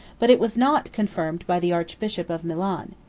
but it was not confirmed by the archbishop of milan.